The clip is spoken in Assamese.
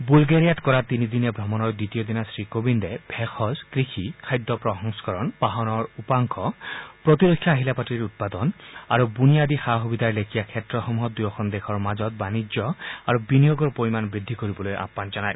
বুলগেৰিযাত কৰা তিনিদিনীয়া ভ্ৰমণৰ দ্বিতীয় দিনা শ্ৰীকোবিন্দে ভেষজ কৃষি খাদ্য প্ৰসংস্কৰণ বাহনৰ উপাংশ প্ৰতিৰক্ষা আহিলাৰ পাতিৰ উৎপাদন আৰু বুনিয়াদী সা সুবিধাৰ লেখিয়া ক্ষেত্ৰসমূহত দুয়ো দেশৰ মাজৰ বানিজ্য আৰু বিনিয়োগৰ পৰিমাণ বৃদ্ধি কৰিবলৈ আহান জনায়